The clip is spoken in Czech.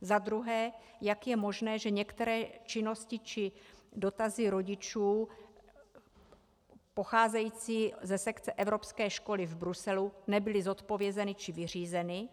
Za druhé: Jak je možné, že některé činnosti či dotazy rodičů pocházející ze sekce Evropské školy v Bruselu nebyly zodpovězeny či vyřízeny?